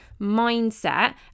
mindset